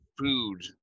food